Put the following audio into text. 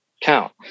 count